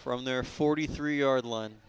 from their forty three yard line